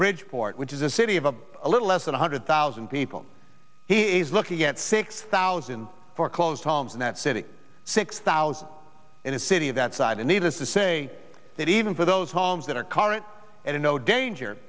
bridgeport which is a city of a little less than a hundred thousand people is looking at six thousand foreclosed homes in that city six thousand in a city that side and needless to say that even for those homes that are current and in no danger